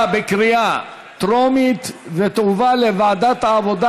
בקריאה טרומית ותועבר לוועדת העבודה,